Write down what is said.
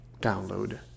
download